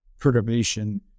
perturbation